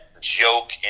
joke